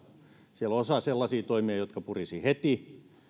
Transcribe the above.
siellä on osa sellaisia toimia jotka purisivat heti